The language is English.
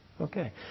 Okay